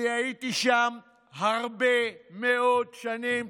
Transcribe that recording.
אני הייתי שם הרבה מאוד שנים,